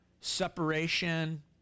separation